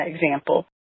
example